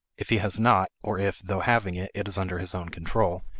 if he has not, or if, though having it, it is under his own control,